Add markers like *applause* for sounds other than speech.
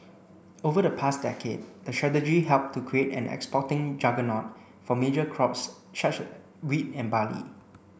over the past decade the strategy helped to create an exporting juggernaut for major crops *unintelligible* wheat and barley